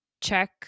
check